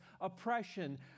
oppression